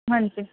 ਹਾਂਜੀ